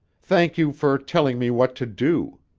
thank you for telling me what to do.